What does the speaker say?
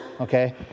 Okay